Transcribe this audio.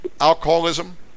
alcoholism